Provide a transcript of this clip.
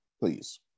please